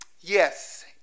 Yes